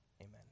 amen